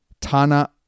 Tana